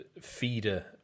feeder